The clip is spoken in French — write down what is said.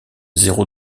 zéro